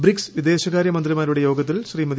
BRICS വിദേശകാര്യമന്ത്രിമാരുടെ യോഗത്തിൽ ശ്രീമതി